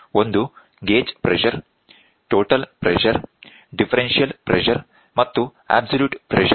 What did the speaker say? ಒಂದು gauge pressure total pressure differential pressure ಮತ್ತು absolute pressure